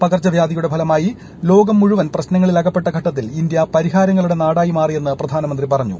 പകർച്ചവ്യാധിയുടെ ഫലമായി ലോകം മുഴുവൻ പ്രശ്നങ്ങളിലകപ്പെട്ട ഘട്ടത്തിൽ ഇന്ത്യ പരിഹാരങ്ങളുടെ നാടായി മാറിയെന്ന് പ്രധാനമന്ത്രി പറഞ്ഞു